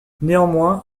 néanmoins